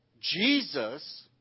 Jesus